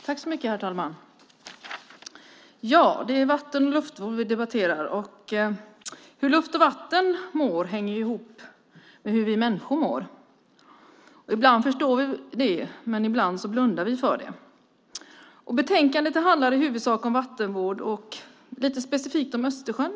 Herr talman! Det är vatten och luft vi debatterar, och hur luft och vatten mår hänger ju ihop med hur vi människor mår. Ibland förstår vi det, men ibland blundar vi för det. Betänkandet handlar i huvudsak om vattenvård och lite specifikt om Östersjön.